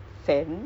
fan and nice